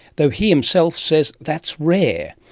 though he himself says that's rare.